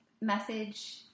message